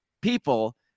people